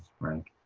frank?